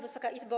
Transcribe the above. Wysoka Izbo!